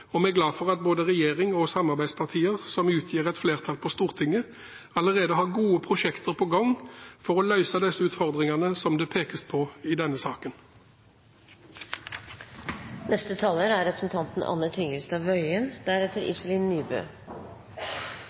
og vi er glade for at både regjering og samarbeidspartier, som utgjør et flertall på Stortinget, allerede har gode prosjekter på gang for å løse de utfordringene som det pekes på i denne saken. I likhet med forslagsstillerne er